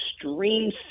extreme